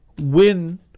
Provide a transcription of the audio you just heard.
win